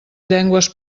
llengües